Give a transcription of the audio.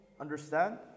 understand